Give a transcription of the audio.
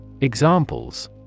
Examples